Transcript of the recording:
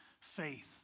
faith